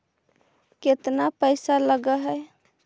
केतना पैसा लगय है?